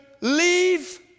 leave